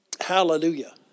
Hallelujah